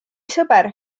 sõber